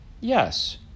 Yes